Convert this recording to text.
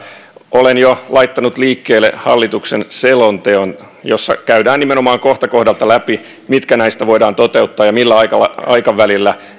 olen jo laittanut liikkeelle hallituksen selonteon jossa käydään nimenomaan kohta kohdalta läpi mitkä näistä voidaan toteuttaa ja millä aikavälillä